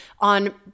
on